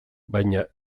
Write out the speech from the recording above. baina